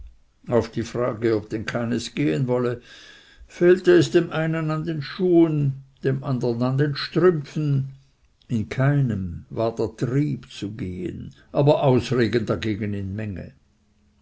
auf die frage ob denn keines gehen wolle fehlte es dem einen an den schuhen dem andern an den strümpfen in keinem war der trieb zu gehen aber ausreden dagegen in menge